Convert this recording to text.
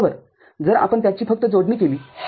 जर आपण त्याची फक्त जोडणी केली तर